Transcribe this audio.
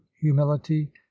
humility